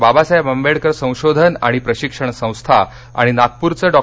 बाबासाहेब आंबेडकर संशोधन आणि प्रशिक्षण संस्था आणि नागपूरचं डॉ